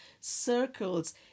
circles